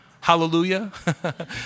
Hallelujah